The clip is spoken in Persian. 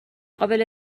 قابل